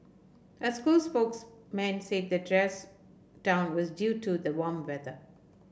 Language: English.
a school spokesman said the dress down was due to the warm weather